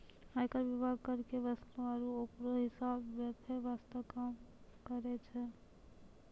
आयकर विभाग कर के वसूले आरू ओकरो हिसाब रख्खै वास्ते काम करै छै